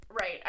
Right